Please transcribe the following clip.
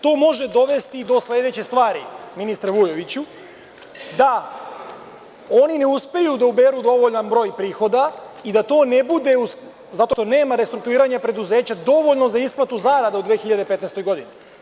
To može dovesti do sledeće stvari, ministre Vujoviću, da oni ne uspeju da uberu dovoljan broj prihoda i da to ne bude zato što nema restrukturiranja preduzeća dovoljno za isplatu zarada u 2015. godini.